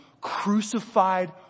crucified